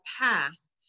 path